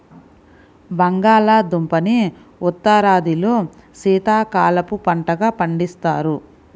బంగాళాదుంపని ఉత్తరాదిలో శీతాకాలపు పంటగా పండిస్తారు